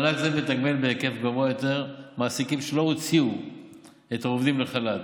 מענק זה מתגמל בהיקף גבוה יותר מעסיקים שלא הוציאו את העובדים לחל"ת,